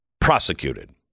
prosecuted